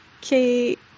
Kate